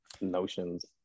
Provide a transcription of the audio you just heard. notions